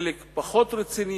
חלק פחות רציניים,